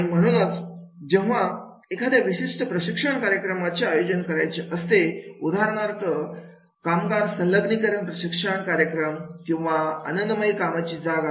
आणि म्हणूनच जेव्हा एखाद्या विशिष्ट प्रशिक्षण कार्यक्रमाचे आयोजन करायचे असते उदाहरणार्थ कामगार संलग्नीकरण प्रशिक्षण कार्यक्रम किंवा आनंदमय कामाची जागा